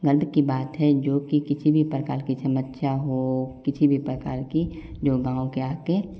गर्व की बात है जो की किसी भी प्रकार की समस्या हो किसी भी प्रकार की जो गाँव के आके